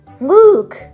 look